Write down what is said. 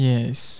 Yes